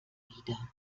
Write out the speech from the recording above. wieder